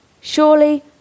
Surely